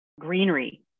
greenery